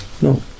No